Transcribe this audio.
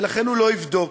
ולכן הוא לא יבדוק,